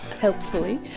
helpfully